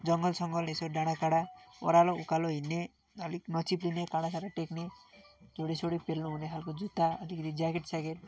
जङ्गल सङ्गल यसो डाँडा काँडा ओह्रालो उकालो हिँड्ने अलिक नचिप्लिने काँडासाँडा टेक्ने झोडीसोडी पेल्नु हुने खालको जुत्ता आलिकिति ज्याकेट स्याकेट